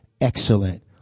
excellent